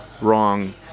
Wrong